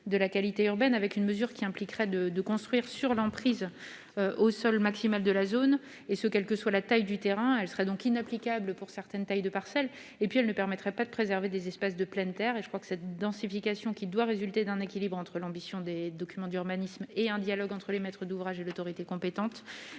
de la qualité urbaine. Cette mesure impliquerait de construire sur l'emprise au sol maximale de la zone, quelle que soit la taille du terrain. Elle serait donc inapplicable pour certaines tailles de parcelle. Par ailleurs, elle ne permettrait pas de préserver des espaces de pleine terre. La densification, qui doit résulter d'un équilibre entre l'ambition des documents d'urbanisme et un dialogue entre les maîtres d'ouvrage et l'autorité compétente,